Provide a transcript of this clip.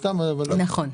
נכון.